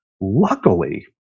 Luckily